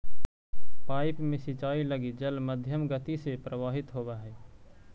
pipe में सिंचाई लगी जल मध्यम गति से प्रवाहित होवऽ हइ